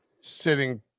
sitting